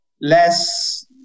less